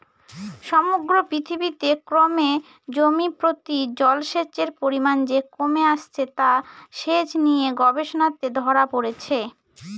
সমগ্র পৃথিবীতে ক্রমে জমিপ্রতি জলসেচের পরিমান যে কমে আসছে তা সেচ নিয়ে গবেষণাতে ধরা পড়েছে